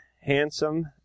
handsome